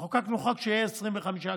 חוקקנו חוק שיהיה 25 קילו,